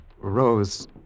Rose